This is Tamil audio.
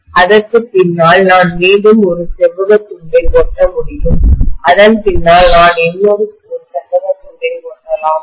அதற்குப் பின்னால் நான் மீண்டும் ஒரு செவ்வகத் துண்டை ஒட்ட முடியும் அதன் பின்னால் நான் இன்னும் ஒரு செவ்வகத் துண்டை ஒட்டலாம்